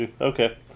Okay